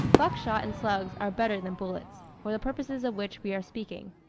buck-shot and slugs are better than bullets, for the purposes of which we are speaking.